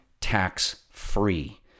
tax-free